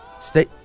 Stay